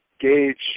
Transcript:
gauge